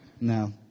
No